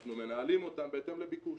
שאנחנו מנהלים אותן בהתאם לביקוש.